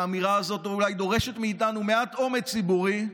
האמירה הזאת אולי דורשת מאיתנו מעט אומץ ציבורי,